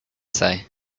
say